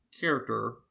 character